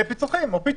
ופיצוחים או פיצות.